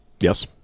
Yes